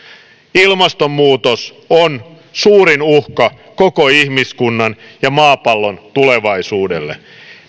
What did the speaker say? ilmastonmuutos on suurin uhka koko ihmiskunnan ja maapallon tulevaisuudelle